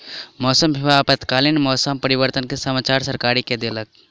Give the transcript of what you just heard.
मौसम विभाग आपातकालीन मौसम परिवर्तन के समाचार सरकार के देलक